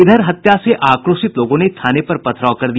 इधर हत्या से आक़ोशित लोगों ने थाने पर पथराव कर दिया